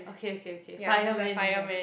okay okay okay fireman they have